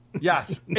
Yes